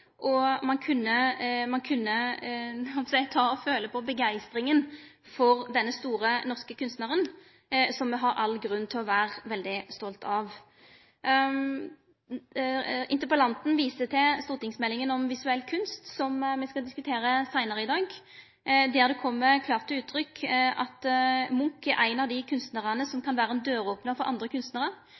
og ein kunne – heldt eg på å seie – ta og føle på begeistringa for denne store norske kunstnaren, som me har all grunn til å vere veldig stolte av. Interpellanten viste til stortingsmeldinga om visuell kunst, som me skal diskutere seinare i dag, der det kjem klart til uttrykk at Munch er ein av dei kunstnarane som kan vere ein døropnar for andre kunstnarar,